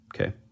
Okay